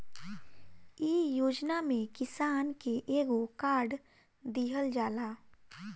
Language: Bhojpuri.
इ योजना में किसान के एगो कार्ड दिहल जाला